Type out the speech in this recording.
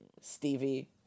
stevie